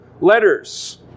letters